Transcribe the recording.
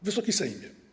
Wysoki Sejmie!